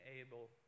able